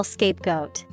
Scapegoat